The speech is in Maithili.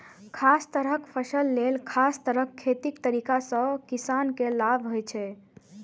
खास तरहक फसल लेल खास तरह खेतीक तरीका सं किसान के लाभ होइ छै